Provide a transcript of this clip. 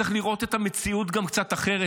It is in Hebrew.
צריך לראות את המציאות גם קצת אחרת.